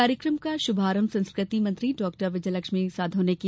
कार्यक्रम का शुभारंभ संस्कृति मंत्री डॉक्टर विजयलक्ष्मी साधौ ने किया